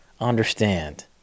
understand